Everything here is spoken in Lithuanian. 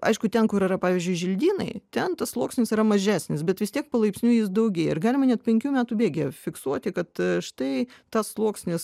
aišku ten kur yra pavyzdžiui želdynai ten tas sluoksnis yra mažesnis bet vis tiek palaipsniui jis daugėja ir galima net penkių metų bėgyje fiksuoti kad štai tas sluoksnis